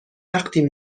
وقتی